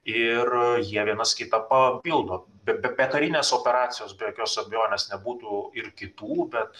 ir jie vienas kitą papildo be be karinės operacijos be jokios abejonės nebūtų ir kitų bet